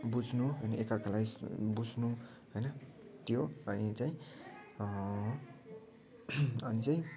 बुझ्न अनि एक अर्कालाई बुझ्न होइन त्यो अनि चाहिँ अनि चाहिँ